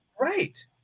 Right